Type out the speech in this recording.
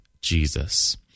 Jesus